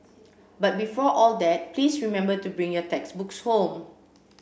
but before all that please remember to bring your textbooks home